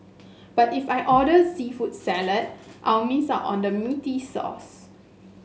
but if I order seafood salad I'll miss out on the meaty sauce